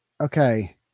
Okay